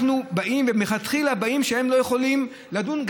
אנחנו באים, ומלכתחילה אומרים שהם לא יכולים לדון.